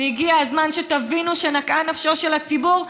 והגיע הזמן שתבינו שנקעה נפשו של הציבור,